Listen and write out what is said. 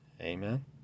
Amen